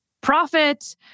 profit